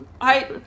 I-